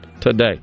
today